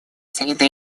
среды